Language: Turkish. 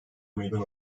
meydan